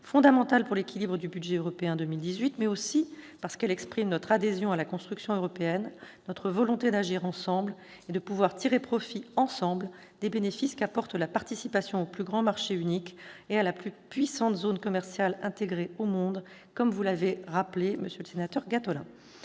seulement pour l'équilibre du budget européen pour 2018, mais aussi parce qu'elle exprime notre adhésion à la construction européenne, notre volonté d'agir ensemble et de pouvoir tirer profit ensemble des bénéfices qu'apporte la participation au plus grand marché unique et à la plus puissante zone commerciale intégrée au monde, comme vous l'avez rappelé, monsieur Gattolin.